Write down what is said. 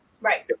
Right